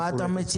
מה אתה מציע?